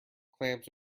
clams